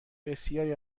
بسیاری